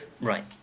Right